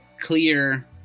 clear